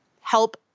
help